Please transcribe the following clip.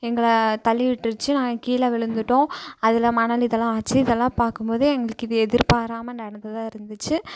எங்களை தள்ளி விட்டுருச்சு நாங்கள் கீழே விழுந்துவிட்டோம் அதில் மணல் இதெல்லாம் ஆச்சு இதெல்லாம் பார்க்கும்போது எங்களுக்கு இது எதிர்பாராமல் நடந்ததாக இருந்துச்சு